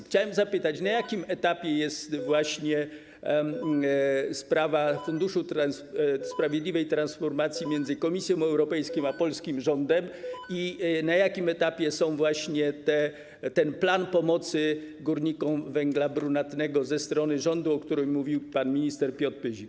Chciałbym zapytać, na jakim etapie jest właśnie sprawa funduszu sprawiedliwej transformacji między Komisją Europejską a polskim rządem i na jakim etapie jest plan pomocy górnikom węgla brunatnego ze strony rządu, o którym mówił pan minister Piotr Pyzik.